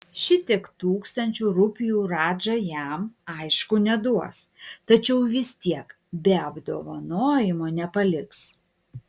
šitiek tūkstančių rupijų radža jam aišku neduos tačiau vis tiek be apdovanojimo nepaliks